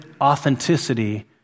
authenticity